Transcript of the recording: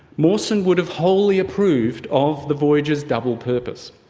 mawson would have wholly approved of the voyage's double purpose.